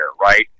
right